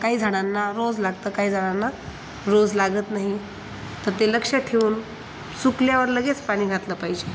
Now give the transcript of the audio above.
काही झाडांना रोज लागतं काही झाडांना रोज लागत नाही तर ते लक्ष ठेऊन सुकल्यावर लगेच पाणी घातलं पाहिजे